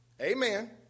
Amen